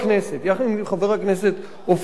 יחד עם חבר הכנסת אופיר פינס,